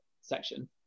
section